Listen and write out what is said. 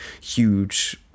huge